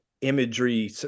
Imagery